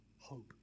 hope